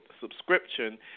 subscription